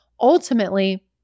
ultimately